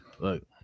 look